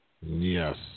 Yes